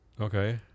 Okay